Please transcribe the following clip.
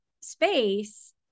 space